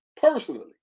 personally